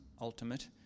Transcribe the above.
ultimate